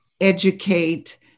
educate